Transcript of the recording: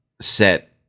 set